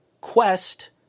Quest